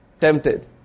Tempted